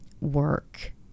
work